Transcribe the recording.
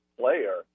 player